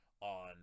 on